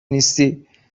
نیستی